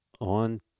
on